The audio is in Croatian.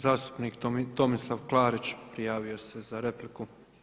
Zastupnik Tomislav Klarić prijavio se za repliku.